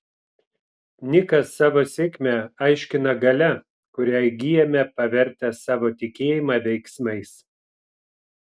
nikas savo sėkmę aiškina galia kurią įgyjame pavertę savo tikėjimą veiksmais